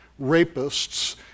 rapists